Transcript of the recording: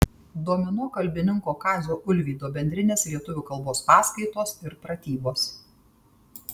domino kalbininko kazio ulvydo bendrinės lietuvių kalbos paskaitos ir pratybos